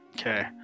Okay